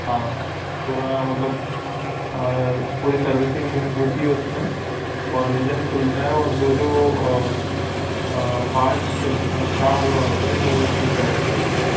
हाँ पूरा मतलब पूरी सर्विसिंग को होती है उसमें और इंजन खुलता है और जो जो पार्ट्स ख़राब हुए होते हैं वो ठीक करने पड़ते हैं